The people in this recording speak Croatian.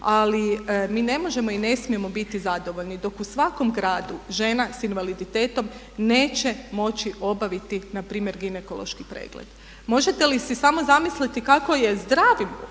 ali mi ne možemo i ne smijemo biti zadovoljni dok u svakom gradu žena sa invaliditetom neće moći obaviti npr. ginekološki pregled. Možete li si samo zamisliti kako je zdravim